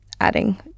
adding